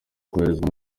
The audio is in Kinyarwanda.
koherezwa